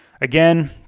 again